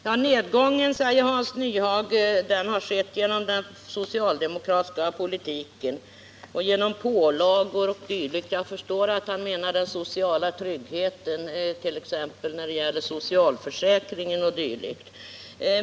Herr talman! Nedgången, säger Hans Nyhage, har skett till följd av den socialdemokratiska politiken, genom pålagor o. d. Jag förstår att han då menar den sociala tryggheten, t.ex. socialförsäkringen.